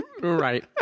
right